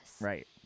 right